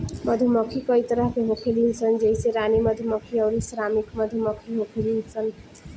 मधुमक्खी कई तरह के होखेली सन जइसे रानी मधुमक्खी अउरी श्रमिक मधुमक्खी होखेली सन